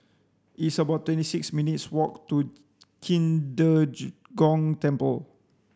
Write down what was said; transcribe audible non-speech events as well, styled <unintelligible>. it's about twenty six minutes' walk to Qing <unintelligible> Gong Temple